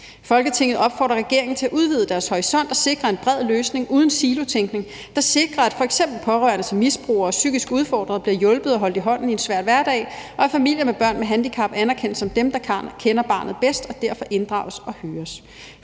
Folketinget opfordrer regeringen til at udvide deres horisont og sikre en bred løsning uden silotænkning, der sikrer, at f.eks. pårørende til misbrugere og psykisk udfordrede bliver hjulpet og holdt i hånden i en svær hverdag, og at familier med børn med handicap anerkendes som dem, der kender barnet bedst, og derfor inddrages og høres.